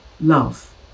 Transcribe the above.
Love